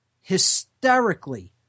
hysterically